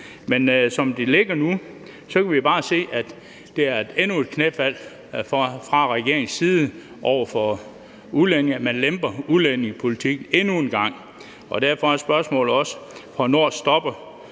Men som det ligger nu, kan vi bare se, at det er endnu et knæfald fra regeringens side over for udlændinge, at man lemper udlændingepolitikken endnu en gang. Og derfor er spørgsmålet også: Hvornår stopper